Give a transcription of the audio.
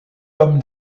comme